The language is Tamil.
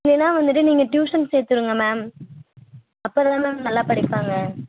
இல்லைன்னா வந்துவிட்டு நீங்கள் டியூஷன் சேர்த்துவிடுங்க மேம் அப்போதான் மேம் நல்லா படிப்பாங்க